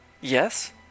Yes